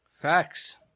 Facts